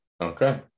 Okay